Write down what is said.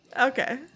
Okay